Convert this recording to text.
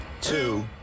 two